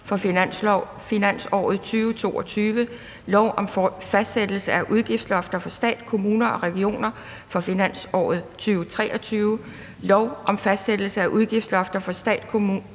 regioner for finansåret 2022, lov om fastsættelse af udgiftslofter for stat, kommuner og regioner for finansåret 2023, lov om fastsættelse af udgiftslofter for stat, kommuner